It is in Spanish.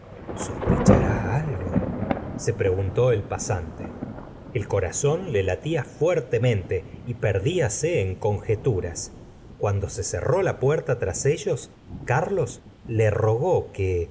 sospechará algo se preguntó el pasante si corazón le latía fuertemente y perdíase en conjeturas cuando se cerró la puerta tras ellos carlos le rogó que